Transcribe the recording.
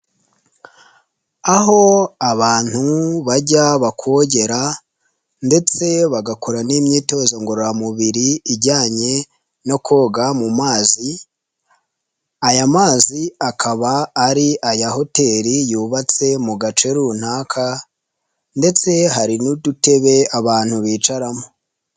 Aho abantu bajya bakogera ndetse bagakora n'imyitozo ngororamubiri, ijyanye no koga mu mazi, aya mazi akaba ari aya hoteli yubatse mu gace runaka ndetse hari n'udutebe abantu bicaramo.